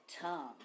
tongue